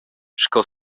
sco